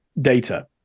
data